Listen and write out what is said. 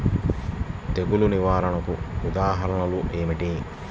తెగులు నిర్వహణకు ఉదాహరణలు ఏమిటి?